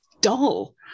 dull